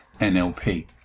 NLP